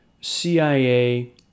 CIA